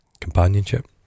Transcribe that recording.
Companionship